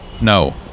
No